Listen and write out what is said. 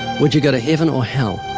would you go to heaven or hell?